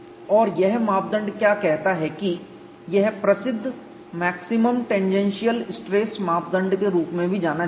और यह मापदंड क्या कहता है कि यह प्रसिद्ध मैक्सिमम टेंजेंशियल स्ट्रेस मापदंड के रूप में भी जाना जाता है